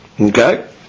Okay